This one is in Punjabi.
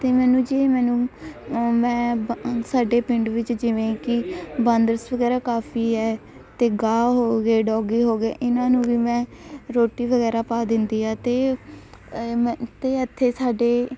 ਅਤੇ ਮੈਨੂੰ ਜੇ ਮੈਨੂੰ ਮੈਂ ਸਾਡੇ ਪਿੰਡ ਵਿੱਚ ਜਿਵੇਂ ਕੀ ਬਾਂਦਰਸ ਵਗੈਰਾ ਕਾਫੀ ਹੈ ਅਤੇ ਗਾਹ ਹੋ ਗਏ ਡੋਗੀ ਹੋ ਗਏ ਇਹਨਾਂ ਨੂੰ ਵੀ ਮੈਂ ਰੋਟੀ ਵਗੈਰਾ ਪਾ ਦਿੰਦੀ ਆ ਅਤੇ ਅਤੇ ਇੱਥੇ ਸਾਡੇ